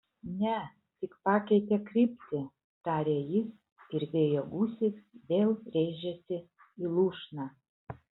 ne tik pakeitė kryptį tarė jis ir vėjo gūsis vėl rėžėsi į lūšną